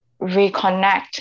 reconnect